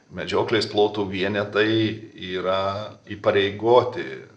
medžioklės plotų vienetai yra įpareigoti